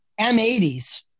M80s